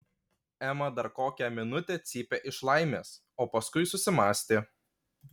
ema dar kokią minutę cypė iš laimės o paskui susimąstė